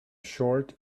short